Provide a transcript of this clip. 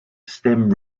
stem